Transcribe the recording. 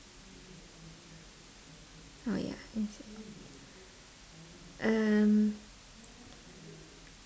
oh ya yes um